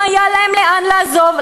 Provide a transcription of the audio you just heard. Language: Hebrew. אם היה להם לאן לעזוב,